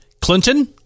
Clinton